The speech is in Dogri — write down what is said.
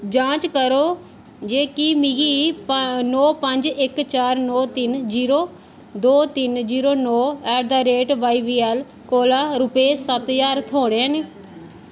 जांच करो जे कि मिगी प नौ पंज इक चार नौ तिन जीरो दो तिन जीरो नौ ऐट दा रेट बाई बी ऐल कोला रुपेऽ सत्त ज्हार थ्होने न